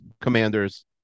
Commanders